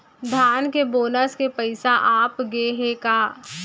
धान के बोनस के पइसा आप गे हे का?